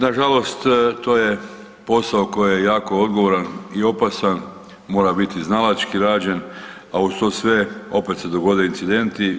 Nažalost, to je posao koji je jako odgovoran i opasan, mora biti znalački rađen, a uz to sve opet se dogode incidenti.